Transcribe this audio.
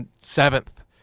seventh